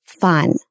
fun